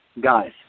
guys